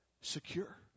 secure